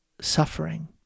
suffering